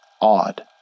odd